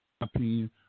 opinion